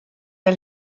der